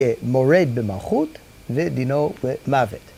‫מורד במלכות ודינו מוות.